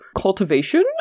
cultivation